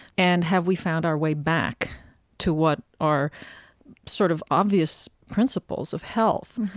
and have we found our way back to what are sort of obvious principles of health,